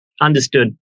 Understood